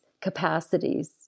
capacities